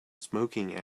smoking